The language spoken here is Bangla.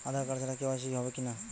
আধার কার্ড ছাড়া কে.ওয়াই.সি হবে কিনা?